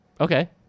okay